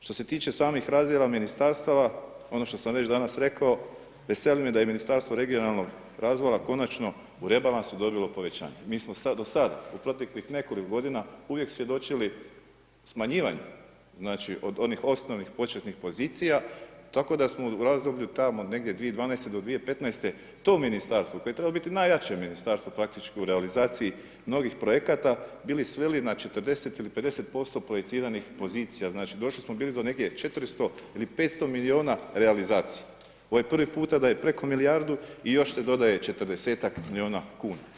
Što se tiče samih razdjela ministarstva ono što sam već danas rekao veseli me da je Ministarstvo regionalnog razvoja konačno u rebalansu dobilo povećanje, mi smo da sad u proteklih nekoliko godina uvijek svjedočili smanjivanju znači od onih osnovnih početnih pozicija tako da smo u razdoblju tamo negdje 2012. do 2015. to ministarstvo koje je trebalo biti najjače ministarstvo praktički u realizaciji novih projekata bili sveli na 40 ili 50% projiciranih pozicija znači došli smo bili do negdje 400 ili 500 miliona realizacije ovo je prvi puta da je preko milijardu i još se dodaje 40-tak miliona kuna.